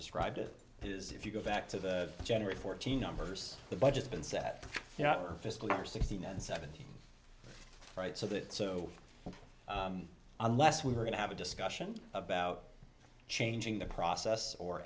described it his if you go back to the general fourteen numbers the budget been set up for fiscal year sixteen and seventeen right so that so unless we were going to have a discussion about changing the process or